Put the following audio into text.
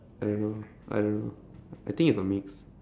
I don't know I don't know I think it's a mix